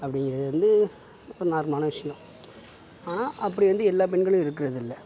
அப்படிங்குறது வந்து ஒரு நார்மலான விஷயோம் ஆனால் அப்படி வந்து எல்லா பெண்களும் இருக்கிறதில்ல